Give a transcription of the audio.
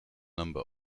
number